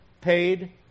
paid